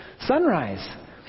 sunrise